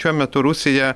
šiuo metu rusija